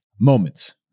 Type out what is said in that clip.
moments